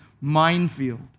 minefield